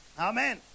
amen